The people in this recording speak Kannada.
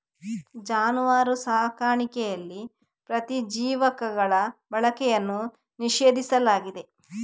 ಜಾನುವಾರು ಸಾಕಣೆಯಲ್ಲಿ ಪ್ರತಿಜೀವಕಗಳ ಬಳಕೆಯನ್ನು ನಿಷೇಧಿಸಲಾಗಿದೆ